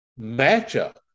matchup